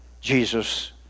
Jesus